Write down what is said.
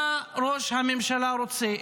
מה ראש הממשלה רוצה?